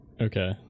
Okay